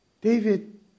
David